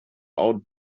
out